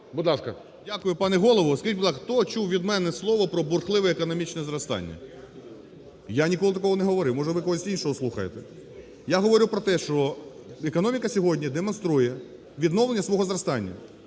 Дякую, пане Голово. Скажіть, будь ласка, хто чув від мене слово про бурхливе економічне зростання? Я ніколи такого не говорив, може, ви когось іншого слухаєте. Я говорив про те, що економіка сьогодні демонструє відновлення свого зростання.